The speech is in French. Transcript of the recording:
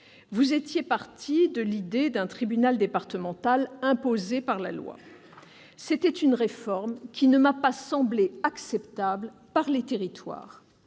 Vous étiez partis de l'idée d'un tribunal départemental imposé par la loi. C'était une réforme qui ne me semblait pas acceptable par les territoires.